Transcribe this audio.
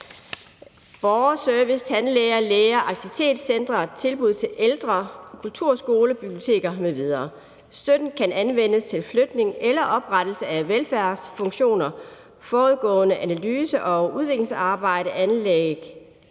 borgerservice, tandlæger, læger, aktivitetscentre, tilbud til ældre, kulturskole, biblioteker m.v. Støtten kan anvendes til flytning eller oprettelse af velfærdsfunktioner, forudgående analyse og udviklingsarbejde, anlæg,